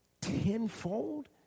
tenfold